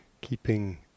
keeping